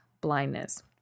blindness